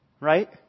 Right